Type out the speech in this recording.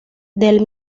del